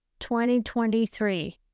2023